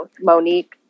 Monique